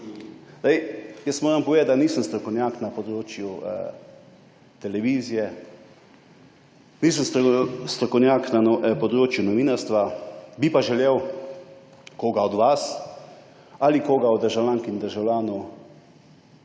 Jaz moram povedati, da nisem strokovnjak na področju televizije, nisem strokovnjak na področju novinarstva, bi pa želel, da mi kdo od vas ali kdo od državljank in državljanov